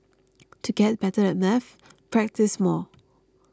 to get better at maths practise more